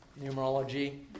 numerology